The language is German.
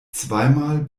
zweimal